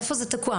איפה זה תקוע?